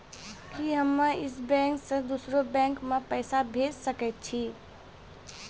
कि हम्मे इस बैंक सें दोसर बैंक मे पैसा भेज सकै छी?